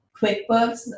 quickbooks